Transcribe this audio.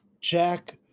Jack